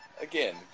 again